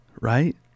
right